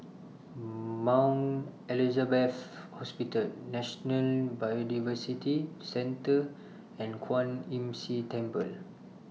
Mount Elizabeth Hospital National Biodiversity Centre and Kwan Imm See Temple